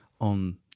on